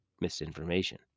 misinformation